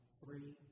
three